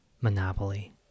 Monopoly